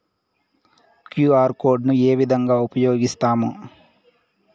QR code ను ఏ విధంగా ఉపయగిస్తాము?